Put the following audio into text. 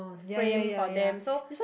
frame for them so